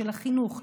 של החינוך,